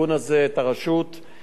האחריות של המשרד.